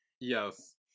Yes